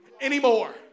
anymore